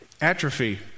Atrophy